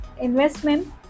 investment